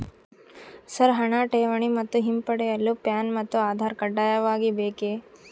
Sir ಹಣ ಠೇವಣಿ ಮತ್ತು ಹಿಂಪಡೆಯಲು ಪ್ಯಾನ್ ಮತ್ತು ಆಧಾರ್ ಕಡ್ಡಾಯವಾಗಿ ಬೇಕೆ?